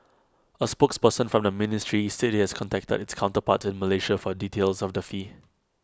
A spokesperson from the ministry said IT has contacted its counterparts in Malaysia for details of the fee